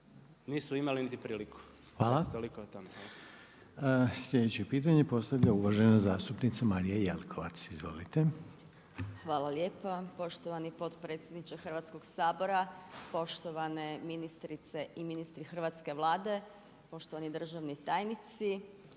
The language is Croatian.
Željko (HDZ)** Hvala. Sljedeće pitanje postavlja uvažena zastupnica Marija Jelkovac. Izvolite. **Jelkovac, Marija (HDZ)** Hvala lijepa. Poštovani potpredsjedniče Hrvatskog sabora. Poštovane ministrice i ministri hrvatske Vlade, poštovani državni tajnici.